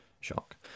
shock